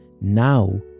now